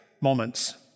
moments